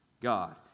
God